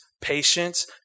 patience